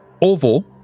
oval